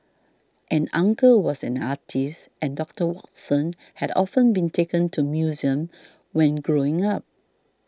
an uncle was an artist and Doctor Watson had often been taken to museums when growing up